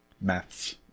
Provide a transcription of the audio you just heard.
Maths